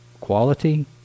quality